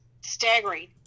staggering